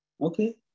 okay